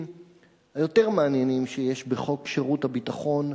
היותר מעניינים שיש בחוק שירות ביטחון,